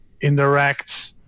indirect